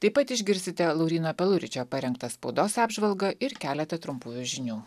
taip pat išgirsite lauryno paluričio parengtą spaudos apžvalgą ir keletą trumpųjų žinių